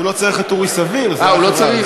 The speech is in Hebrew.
הוא לא צריך את אורי סביר, אה, הוא לא צריך?